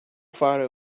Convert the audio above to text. far